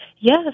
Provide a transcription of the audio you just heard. Yes